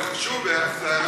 זה חשוב,